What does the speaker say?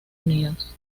unidos